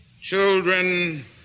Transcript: Children